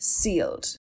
sealed